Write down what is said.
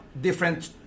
different